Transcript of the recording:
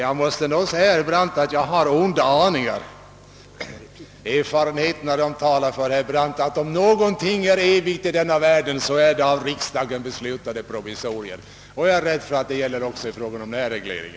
Jag måste nog säga herr Brandt att jag har mina onda aningar. Erfarenheterna talar för att om någonting är evigt i denna världen så är det av riksdagen beslutade provisorier. Jag är rädd att det gäller också denna reglering.